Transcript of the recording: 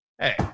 hey